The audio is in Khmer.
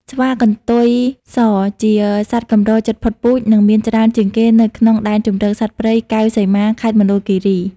ស្វាកន្ទុយសជាសត្វកម្រជិតផុតពូជ និងមានច្រើនជាងគេនៅក្នុងដែនជម្រកសត្វព្រៃកែវសីមា ខេត្តមណ្ឌលគិរី។